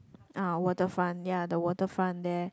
ah waterfront ya the waterfront there